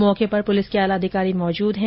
मौके पर पुलिस के आलाधिकारी मौजूद हैं